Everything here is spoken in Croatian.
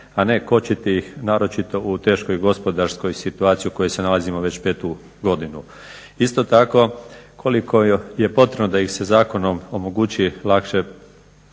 a ne kočiti ih naročito u teškoj gospodarskoj situaciji u kojoj se nalazimo već petu godinu. Isto tako koliko je potrebno da im se zakonom omogući lakše poslovanje